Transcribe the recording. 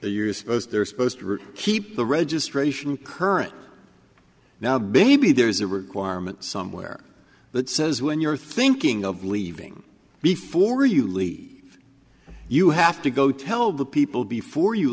those they're supposed to keep the registration current now baby there is a requirement somewhere that says when you're thinking of leaving before you leave you have to go tell the people before you